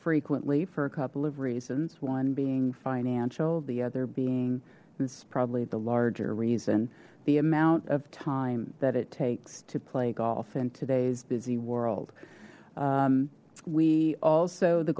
frequently for a couple of reasons one being financial the other being this is probably the larger reason the amount of time that it takes to play golf in today's busy world we also the